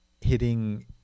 Hitting